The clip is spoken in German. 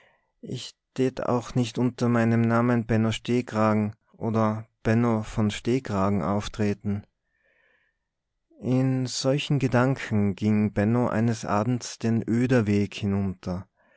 ich tät auch nicht unter meinem namen benno stehkragen oder benno von stehkragen auftreten in solchen gedanken ging benno eines abends den oederweg hinunter